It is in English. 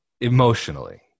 emotionally